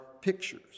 pictures